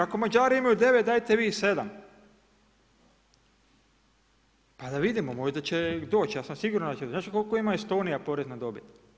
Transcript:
Ako Mađari imaju 9, dajte vi 7. Pa da vidimo, možda će doći, ja sam siguran da će, znate li koliko ima Estonija porez na dobit?